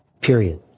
Period